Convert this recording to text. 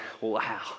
wow